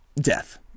death